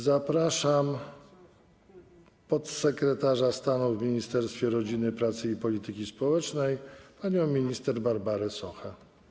Zapraszam podsekretarz stanu w Ministerstwie Rodziny, Pracy i Polityki Społecznej panią minister Barbarę Sochę.